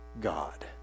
God